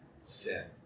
sin